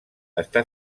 està